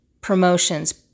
promotions